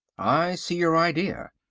i see your idea,